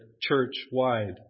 church-wide